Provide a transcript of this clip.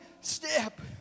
step